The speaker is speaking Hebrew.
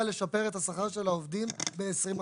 לשפר את השכר של העובדים ב-20 אחוזים.